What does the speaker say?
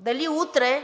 дали утре,